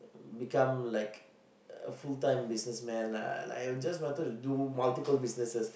become like a full-time businessman lah like I just wanted to do multiple businesses